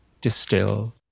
distill